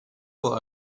what